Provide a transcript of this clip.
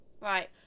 right